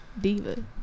diva